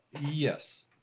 Yes